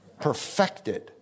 Perfected